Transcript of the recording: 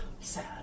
Sad